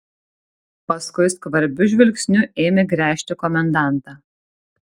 paskui skvarbiu žvilgsniu ėmė gręžti komendantą